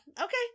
Okay